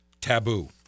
taboo